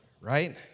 right